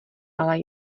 ale